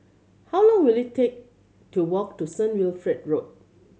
how long will it take to walk to Saint Road Wilfred Road